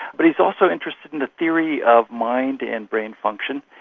but he's also interested in the theory of mind and brain function.